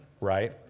right